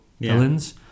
villains